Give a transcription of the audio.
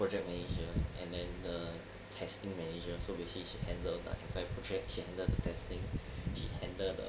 project manager and then uh testing manager so basically she handle like the project she handle the testing she handle the